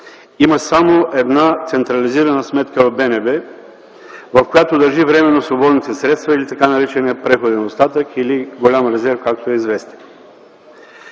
има само една централизирана сметка в БНБ, в която държи временно свободните средства или така нареченият преходен остатък, или голям резерв, както е известно.